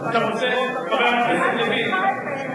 חבר הכנסת לוין,